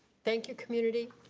thank you community.